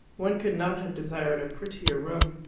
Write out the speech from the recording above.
one could not have desired a prettier room.